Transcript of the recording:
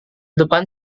depan